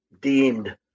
deemed